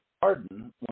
pardon